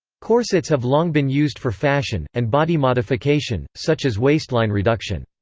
corsets have long been used for fashion, and body modification, such as waistline reduction.